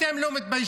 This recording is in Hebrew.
אתם לא מתביישים?